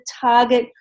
target